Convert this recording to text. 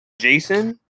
Jason